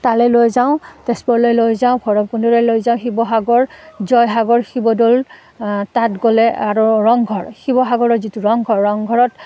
তালৈ লৈ যাওঁ তেজপুৰলৈ লৈ যাওঁ ভৈৰৱকুণ্ডলৈ লৈ যাওঁ শিৱসাগৰ জয়সাগৰ শিৱদৌল তাত গ'লে আৰু ৰংঘৰ শিৱসাগৰৰ যিটো ৰংঘৰ ৰংঘৰত